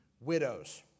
widows